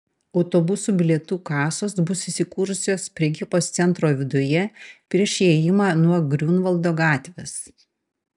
autobusų bilietų kasos bus įsikūrusios prekybos centro viduje prieš įėjimą nuo griunvaldo gatvės